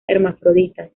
hermafroditas